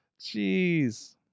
Jeez